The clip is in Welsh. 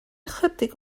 ychydig